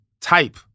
type